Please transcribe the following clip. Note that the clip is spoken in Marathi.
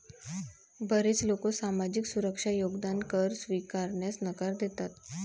बरेच लोक सामाजिक सुरक्षा योगदान कर स्वीकारण्यास नकार देतात